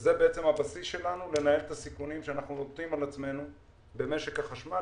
זה הבסיס שלנו לנהל את הסיכונים שאנחנו לוקחים על עצמנו במשק החשמל,